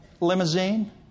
limousine